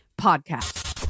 podcast